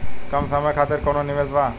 कम समय खातिर कौनो निवेश बा?